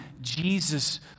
Jesus